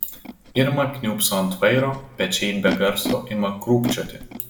irma kniūbso ant vairo pečiai be garso ima krūpčioti